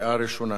בקריאה ראשונה.